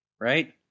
right